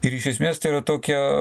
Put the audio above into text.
ir iš esmės tai yra tokia